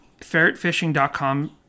Ferretfishing.com